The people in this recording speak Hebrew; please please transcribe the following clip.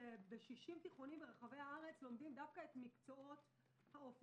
שב-60 תיכונים ברחבי הארץ לומדים דווקא את מקצועות האופנה,